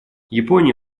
япония